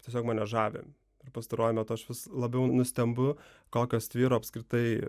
tiesiog mane žavi ir pastaruoju metu aš vis labiau nustembu kokios tvyro apskritai